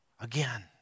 again